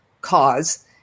cause